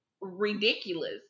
ridiculous